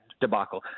debacle